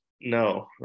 no